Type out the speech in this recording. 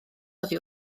oddi